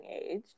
age